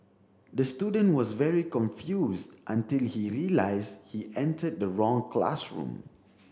the student was very confused until he realised he entered the wrong classroom